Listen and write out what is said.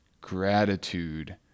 gratitude